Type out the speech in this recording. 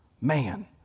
Man